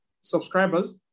subscribers